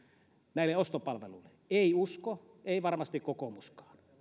näille ostopalveluille ei usko ei varmasti kokoomuskaan